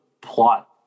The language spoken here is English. plot